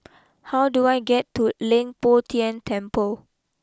how do I get to Leng Poh Tian Temple